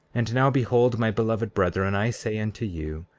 and now behold, my beloved brethren, i say unto you,